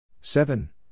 seven